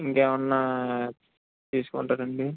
ఎంకేమన్నా తీసుకుంటారండి